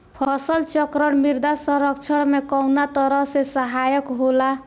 फसल चक्रण मृदा संरक्षण में कउना तरह से सहायक होला?